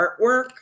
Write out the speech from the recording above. artwork